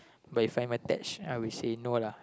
but if I'm attached I will say no lah